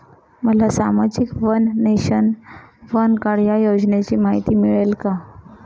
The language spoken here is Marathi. मला सामाजिक वन नेशन, वन कार्ड या योजनेची माहिती मिळेल का?